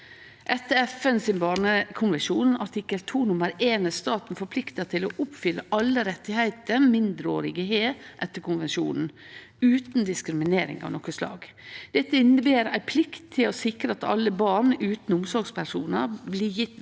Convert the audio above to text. Etter FNs barnekonvensjon artikkel 2 nr. 1 er staten forplikta til å oppfylle alle rettar mindreårige har etter konvensjonen, utan diskriminering av noko slag. Dette inneber ei plikt til å sikre at alle barn utan omsorgspersonar blir gjeve vern